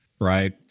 right